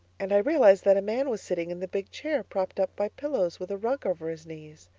and i realized that a man was sitting in the big chair propped up by pillows with a rug over his knees.